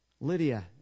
Lydia